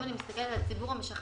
אם אני מסתכלת על ציבור המשחלפים,